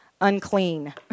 unclean